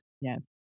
yes